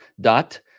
dot